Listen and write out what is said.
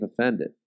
offended